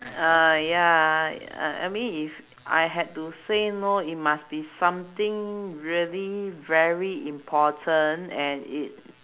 err ya uh I mean if I had to say no it must be something really very important and it